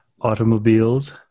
automobiles